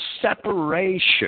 separation